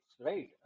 right